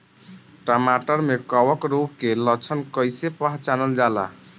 टमाटर मे कवक रोग के लक्षण कइसे पहचानल जाला?